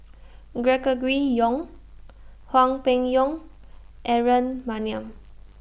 Gregory Yong Hwang Peng Yuan Aaron Maniam